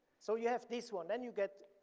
so you have this one. then you get,